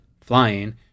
Flying